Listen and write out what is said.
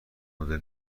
مدل